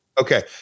Okay